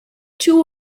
two